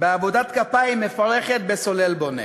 בעבודת כפיים מפרכת ב"סולל בונה".